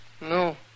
No